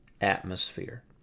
atmosphere